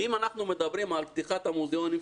אם אנחנו מדברים על פתיחת המוזיאונים,